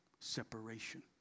Separation